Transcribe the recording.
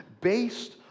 based